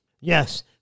Yes